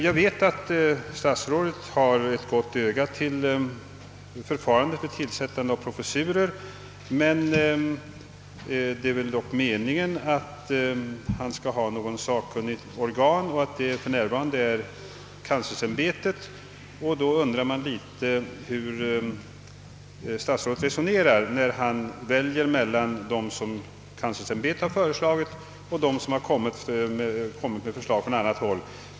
Jag vet att statsrådet har ett gott öga till förfarandet vid tillsättande av professurer, men det är väl meningen att han skall ha ett sakkunnigt organ till sin tjänst och för närvarande är detta kanslersämbetet. Man undrar då hur statsrådet resonerar när han väljer mellan dem som kanslersämbetet föreslagit och dem som föreslagits på annat håll.